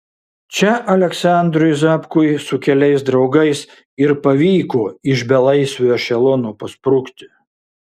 čia aleksandrui zapkui su keliais draugais ir pavyko iš belaisvių ešelono pasprukti